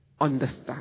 understand